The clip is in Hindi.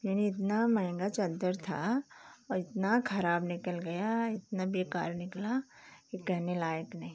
यानी इतनी महंगा चादर थी और इतनी ख़राब निकल गई इतनी बेकार निकली वो कहने लायक़ नहीं